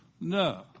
No